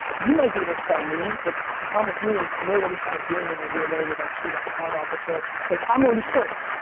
you might be able to sell me, but the problem with me is we're already kind of doing it in a weird way with our chief heart officer. like i'm already sold.